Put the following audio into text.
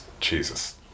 Jesus